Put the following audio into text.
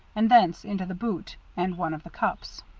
and thence into the boot and one of the cups.